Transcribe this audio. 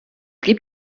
gibt